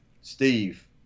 Steve